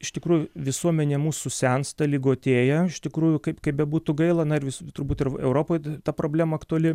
iš tikrųjų visuomenė mūsų sensta ligotėja iš tikrųjų kaip kaip bebūtų gaila na ir visų turbūt ir europoj ta problema aktuali